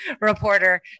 reporter